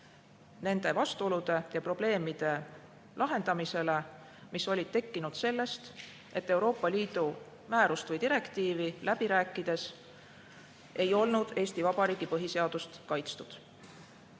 nende vastuolude ja probleemide lahendamisele, mis olid tekkinud sellest, et Euroopa Liidu määrust või direktiivi läbi rääkides ei olnud Eesti Vabariigi põhiseadust kaitstud.